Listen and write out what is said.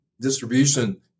distribution